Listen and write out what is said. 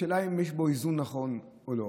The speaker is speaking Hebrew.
השאלה היא אם יש בו איזון נכון או לא.